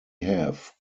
have